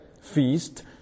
feast